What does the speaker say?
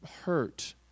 hurt